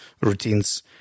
routines